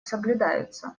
соблюдаются